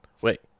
Wait